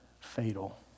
fatal